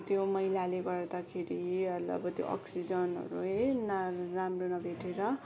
त्यो मैलाले गर्दाखेरि अब त्यो अक्सिजनहरू है ना राम्रो नभेटेर